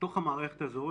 שלתוך המערכת הזאת